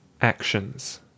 Actions